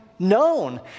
known